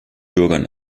bürgern